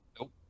Nope